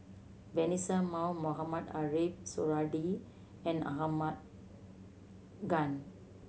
Vanessa Mae Mohamed Ariff Suradi and Ahmad Khan